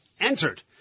entered